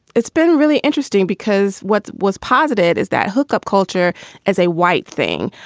it's been really interesting because what was positive is that hookup culture as a white thing.